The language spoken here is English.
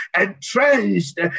entrenched